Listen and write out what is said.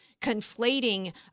Conflating